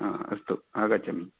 हा अस्तु आगच्छामि